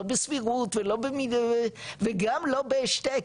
לא בסבירות וגם לא בהשתק,